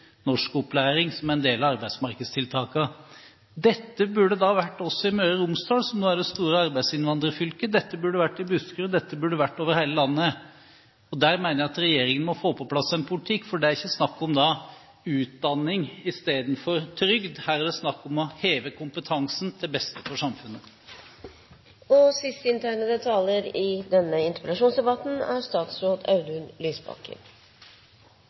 norskopplæring som en del av arbeidsmarkedstiltakene. Det burde vært slik også i Møre og Romsdal, som er det store arbeidsinnvandrerfylket. Det burde vært slik i Buskerud, det burde vært slik over hele landet. Der mener jeg at regjeringen må få på plass en politikk, for det er ikke snakk om utdanning i stedet for trygd. Her er det snakk om å heve kompetansen til beste for